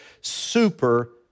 super